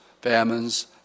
famines